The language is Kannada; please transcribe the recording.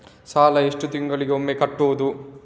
ಸಾಲ ಎಷ್ಟು ತಿಂಗಳಿಗೆ ಒಮ್ಮೆ ಕಟ್ಟುವುದು?